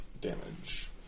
damage